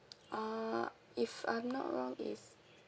uh if I'm not wrong is